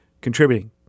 contributing